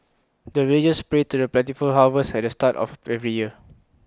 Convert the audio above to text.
the villagers pray for plentiful harvest at the start of every year